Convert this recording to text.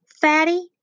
fatty